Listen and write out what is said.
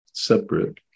separate